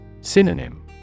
Synonym